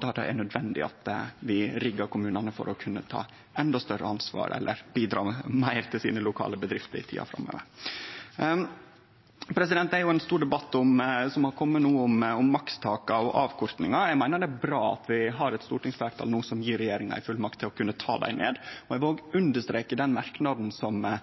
der det er nødvendig at vi riggar kommunane for å kunne ta endå større ansvar, eller bidra med meir til sine lokale bedrifter i tida framover. Det er ein stor debatt som no har kome, om makstak av avkorting. Eg meiner det er bra at vi har eit stortingsfleirtal no som gjev regjeringa ei fullmakt til å kunne ta dei ned. Eg vil òg understreke den merknaden som